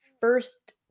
first